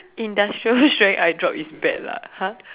industrial strength I drop it's bad lah !huh!